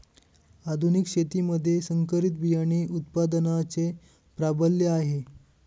आधुनिक शेतीमध्ये संकरित बियाणे उत्पादनाचे प्राबल्य आहे